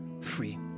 free